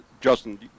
Justin